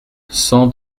cent